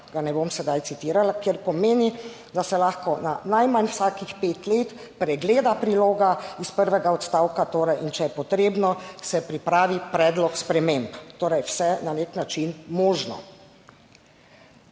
ga ne bom sedaj citirala, ker pomeni, da se lahko na najmanj vsakih pet let pregleda priloga iz prvega odstavka, torej, in če je potrebno se pripravi predlog sprememb. Torej vse na nek način možno.